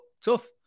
tough